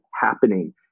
happening